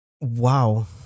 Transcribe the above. Wow